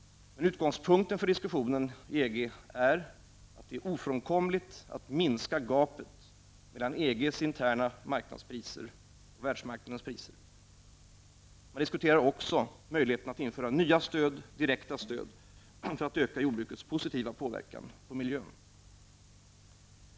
Men utgångspunkten för diskussionen inom EG är att det är ofrånkomligt att minska gapet mellan EGs interna marknadspriser och världsmarknadspriserna. Man diskuterar också möjligheterna att införa nya stöd, direkta stöd, för att öka jordbrukets positiva påverkan på miljön.